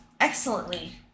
excellently